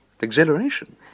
Exhilaration